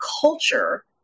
culture